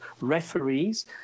referees